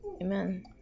Amen